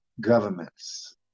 governments